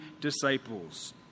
disciples